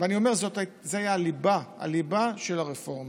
לא יכולים, זאת הייתה הליבה, הליבה של הרפורמה.